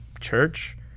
church